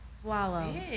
swallow